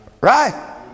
Right